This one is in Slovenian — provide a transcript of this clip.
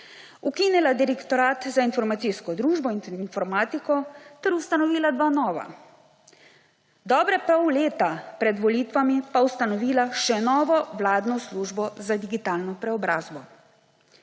ukinila Direktorat za informacijsko družbo in informatiko ter ustanovila dva nova, dobre pol leta pred volitvami pa ustanovila še novo vladno službo za digitalno preobrazbo.